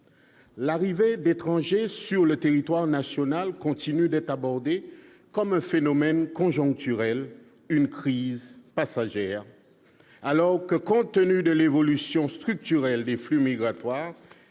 L'arrivée d'étrangers sur le territoire national continue d'être abordée comme un phénomène conjoncturel, une crise passagère, alors que, compte tenu de l'évolution structurelle des flux migratoires